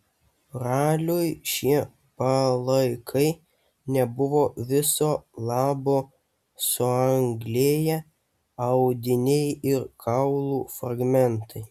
raliui šie palaikai nebuvo viso labo suanglėję audiniai ir kaulų fragmentai